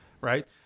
right